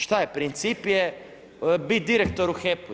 Šta je, princip je bit direktor u HEP-u.